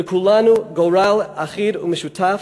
לכולנו גורל אחיד ומשותף,